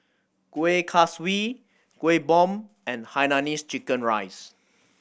Kuih Kaswi Kueh Bom and hainanese chicken rice